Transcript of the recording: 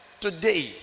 today